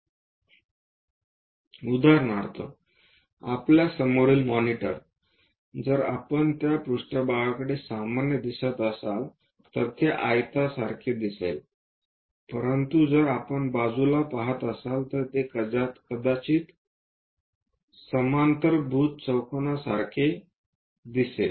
उदाहरणार्थ आपल्या समोरील मॉनिटर जर आपण त्या पृष्ठभागाकडे सामान्य दिसत असाल तर ते आयतासारखे दिसेल परंतु जर आपण बाजूलाच पहात असाल तर ते कदाचित प्रक्षेपणासारखे दिसेल कदाचित समांतरभुज चौकोन सारखे दिसेल